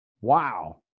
Wow